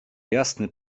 jasny